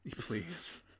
Please